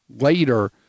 later